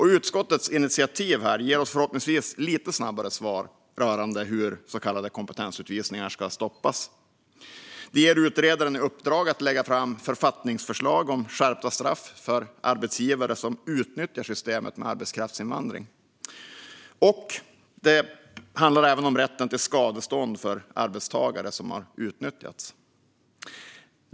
Utskottets initiativ ger oss förhoppningsvis lite snabbare svar rörande hur så kallade kompetensutvisningar ska stoppas. Vi ger utredaren i uppdrag att lägga fram författningsförslag om skärpta straff för arbetsgivare som utnyttjar systemet med arbetskraftsinvandring. Det handlar även om rätten till skadestånd för arbetstagare som har utnyttjats.